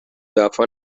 وفا